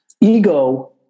ego